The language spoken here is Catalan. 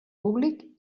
públic